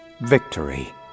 victory